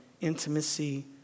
intimacy